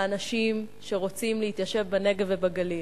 לאנשים שרוצים להתיישב בנגב ובגליל.